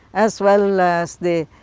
as well as the